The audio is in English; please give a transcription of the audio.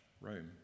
Rome